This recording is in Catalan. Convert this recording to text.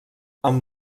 amb